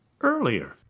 earlier